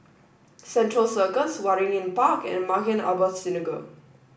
Central Circus Waringin Park and Maghain Aboth Synagogue